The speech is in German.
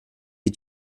wie